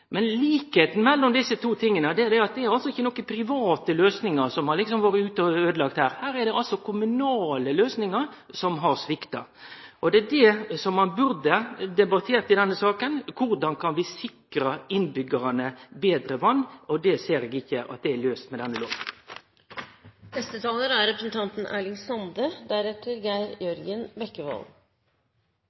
private løysingar som har vore ute og øydelagt her. Her er det kommunale løysingar som har svikta. Det ein burde ha debattert i denne saka, er korleis vi kan sikre innbyggjarane betre vatn. Det ser eg ikkje er løyst med denne loven. Det er